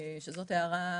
לקבוע על